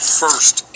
first